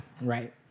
right